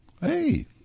Hey